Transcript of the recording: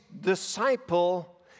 disciple